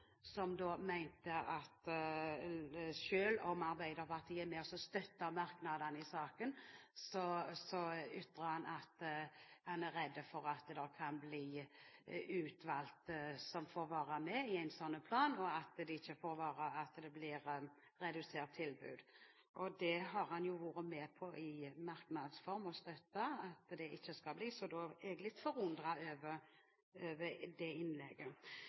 som – selv om Arbeiderpartiet er med og støtter merknadene i saken – ytrer at han er redd for at det kan bli utvalgte som får være med i en sånn plan, og at det blir redusert tilbud. Han har jo vært med på – i merknads form – å støtte at det ikke skal bli slik, så jeg er litt forundret over det innlegget.